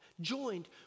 joined